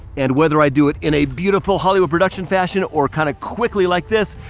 and whether i do it in a beautiful hollywood production fashion, or kinda quickly like this,